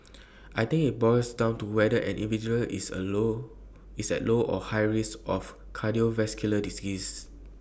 I think IT boils down to whether an individual is at low or high risk for cardiovascular disease